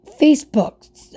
Facebook